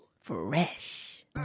fresh